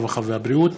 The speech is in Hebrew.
הרווחה והבריאות,